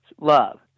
love